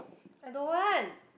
I don't want